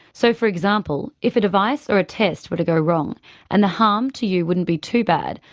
so, for example, if a device or a test were to go wrong and the harm to you wouldn't be too bad,